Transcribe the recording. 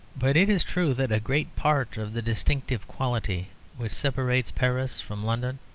but it is true that a great part of the distinctive quality which separates paris from london